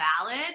valid